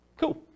Cool